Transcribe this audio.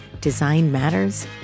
DESIGNMATTERS